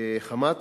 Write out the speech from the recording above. בחמ"ת,